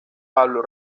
pablo